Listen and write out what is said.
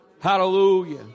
Hallelujah